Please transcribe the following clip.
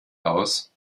aus